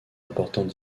importante